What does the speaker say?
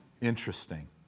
Interesting